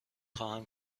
خواهم